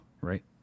right